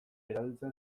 erabiltzen